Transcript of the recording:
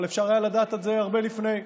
אבל אפשר היה לדעת את זה הרבה לפני.